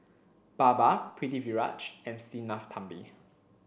Baba Pritiviraj and Sinnathamby